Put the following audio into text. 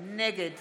נגד